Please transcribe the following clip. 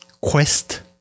quest